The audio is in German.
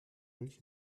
milch